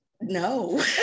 no